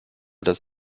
das